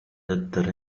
doctoró